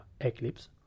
eclipse